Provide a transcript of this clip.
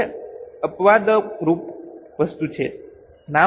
હવે અપવાદરૂપ વસ્તુ શું છે